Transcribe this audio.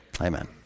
Amen